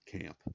camp